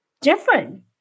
different